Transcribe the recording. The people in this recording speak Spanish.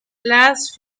las